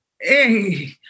hey